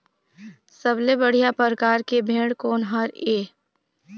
सबले बढ़िया परकार के भेड़ कोन हर ये?